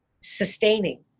sustaining